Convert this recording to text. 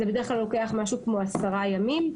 זה בדרך כלל לוקח משהו כמו עשרה ימים.